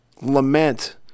lament